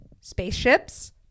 spaceships